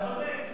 אתה צודק,